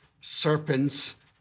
serpents